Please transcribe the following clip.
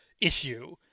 issue